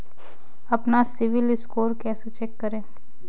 अपना सिबिल स्कोर कैसे चेक करें?